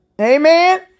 Amen